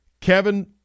Kevin